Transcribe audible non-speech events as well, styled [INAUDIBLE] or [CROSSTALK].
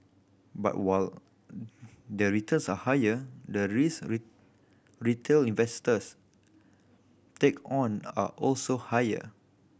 but while the returns are higher the risks [UNINTELLIGIBLE] retail investors take on are also higher